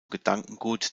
gedankengut